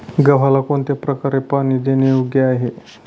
गव्हाला कोणत्या प्रकारे पाणी देणे योग्य आहे?